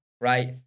right